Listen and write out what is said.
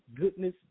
goodness